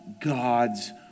God's